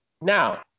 Now